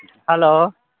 hello